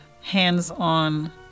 hands-on